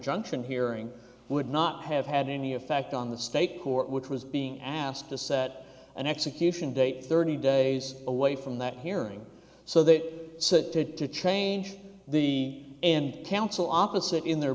injunction hearing would not have had any effect on the state court which was being asked to set an execution date thirty days away from that hearing so that to change the and counsel opposite in their